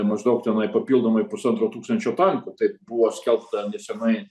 maždaug tenai papildomai pusantro tūkstančio tankų taip buvo skelbta neseniai